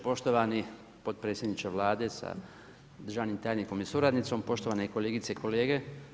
Poštovani potpredsjedniče Vlade sa državnim tajnikom i suradnicom, poštovane kolegice i kolege.